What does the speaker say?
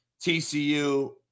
TCU